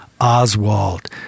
Oswald